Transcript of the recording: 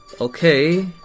Okay